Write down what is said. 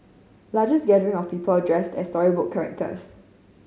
largest gathering of people dressed as storybook characters